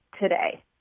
today